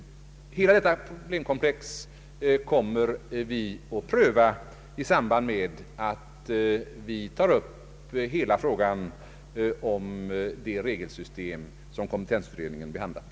Hela detta komplex kommer vi att pröva i samband med hela frågan om det regelsystem som kompetensutredningen behandlat.